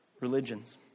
religions